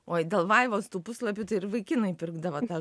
oi dėl vaivos tų puslapių tai ir vaikinui pirkdama tą